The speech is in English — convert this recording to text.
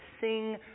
sing